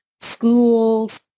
schools